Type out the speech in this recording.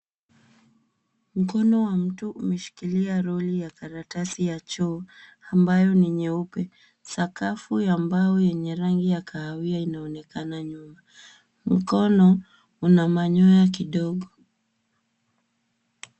Mkono wa mtu umeshikilia roli ya karatasi ya choo ambayo ni nyeupe. Sakafu ya mbao yenye rangi ya kahawia inaonekana nyuma. Mkono una manyoya kidogo.